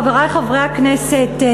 חברי חברי הכנסת,